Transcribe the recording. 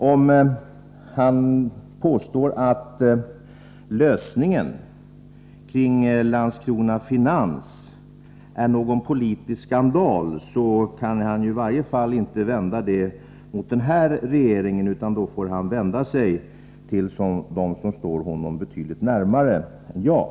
Om Nic Grönvall påstår att lösningen av Landskrona Finans problem är en politisk skandal kan han i varje fall inte rikta den anklagelsen mot den nuvarande regeringen, utan han får vända sig till dem som står honom betydligt närmare än jag.